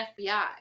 fbi